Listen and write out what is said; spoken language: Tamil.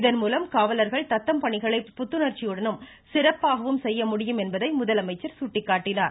இதன் மூலம் காவலர்கள் தத்தம் பணிகளை புத்துணர்ச்சியுடனும் சிறப்பாகவும் செய்ய முடியும் என்பதை முதலமைச்சர் சுட்டிக்காட்டினார்